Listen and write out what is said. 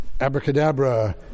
abracadabra